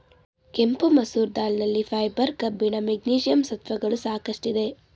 ಕೆಂಪು ಮಸೂರ್ ದಾಲ್ ನಲ್ಲಿ ಫೈಬರ್, ಕಬ್ಬಿಣ, ಮೆಗ್ನೀಷಿಯಂ ಸತ್ವಗಳು ಸಾಕಷ್ಟಿದೆ